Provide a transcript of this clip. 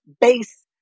base